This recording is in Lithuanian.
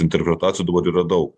interpretacijų dabar yra daug